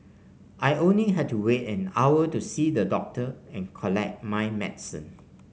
I only had to wait an hour to see the doctor and collect my medicine